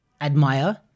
admire